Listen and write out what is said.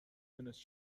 دونست